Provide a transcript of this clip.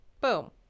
Boom